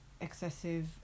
excessive